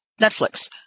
Netflix